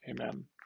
Amen